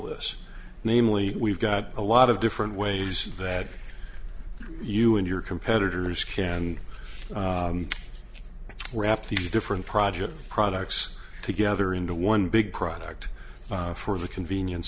this namely we've got a lot of different ways that you and your competitors can graft these different projects products together into one big product for the convenience